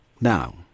Now